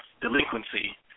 delinquency